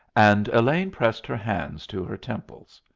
and elaine pressed her hands to her temples.